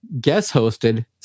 guest-hosted